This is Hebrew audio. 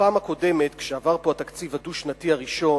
בפעם הקודמת, כשעבר פה התקציב הדו-שנתי הראשון,